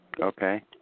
Okay